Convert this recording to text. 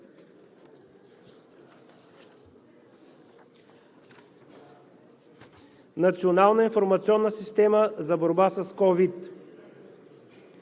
Национална информационна система за борба с COVID.